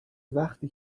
وقتی